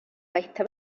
bahita